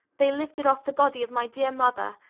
they lifted off the body of my dear mother,